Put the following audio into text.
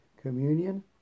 communion